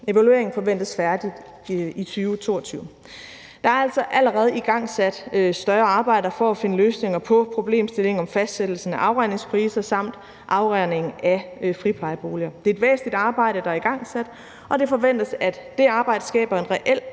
Evalueringen forventes færdig i 2022. Der er altså allerede igangsat større arbejder for at finde løsninger på problemstillingen om fastsættelsen af afregningspriser samt afregningen af friplejeboliger. Det er et væsentligt arbejde, der er igangsat, og det forventes, at det arbejde skaber en reel